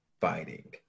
fighting